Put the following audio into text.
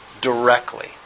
directly